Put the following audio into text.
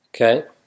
Okay